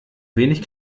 wenig